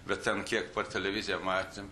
bet ten kiek per televiziją matėm